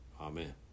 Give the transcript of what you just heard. Amen